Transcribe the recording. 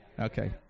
Okay